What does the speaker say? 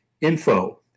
info